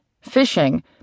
fishing